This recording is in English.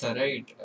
right